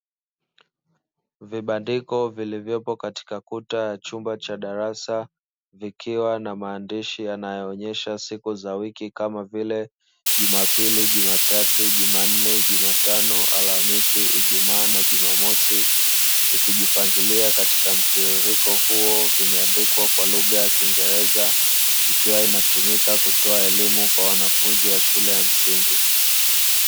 Vibandiko vilivyopo katika kuta ya chumba cha darasa vikiwa na maandishi yanayoonesha siku za wiki kama vile; Jumapili, Jumatatu, Jumanne, Jumatano, Alhamisi, Ijumaa na Jumamosi ikijipangilia katika mtiririko huo, vimeandikwa kwa lugha ya kiingereza ikiwa inatumika kutoa elimu kwa wanafunzi wa shule za msingi.